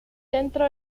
dentro